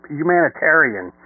humanitarian